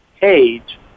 page